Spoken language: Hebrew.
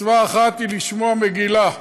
מצווה אחת היא לשמוע מגילה.